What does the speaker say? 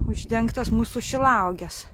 uždengtos mūsų šilauogės